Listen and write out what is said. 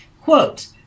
Quote